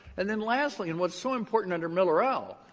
and then lastly, and what's so important under miller-el,